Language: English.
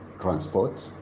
transport